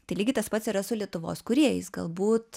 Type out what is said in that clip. tai lygiai tas pats yra su lietuvos kūrėjais galbūt